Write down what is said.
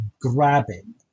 grabbing